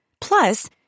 Plus